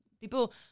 people